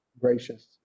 gracious